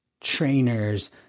trainers